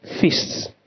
feasts